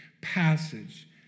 passage